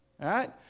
right